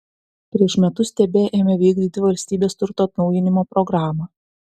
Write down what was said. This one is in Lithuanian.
prieš metus tb ėmė vykdyti valstybės turto atnaujinimo programą